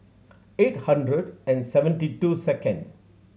eight hundred and seventy two second